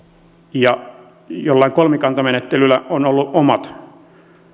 jollain kolmikantamenettelyllä on ollut omat